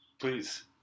please